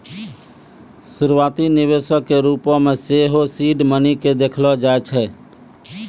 शुरुआती निवेशो के रुपो मे सेहो सीड मनी के देखलो जाय छै